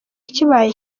kibaye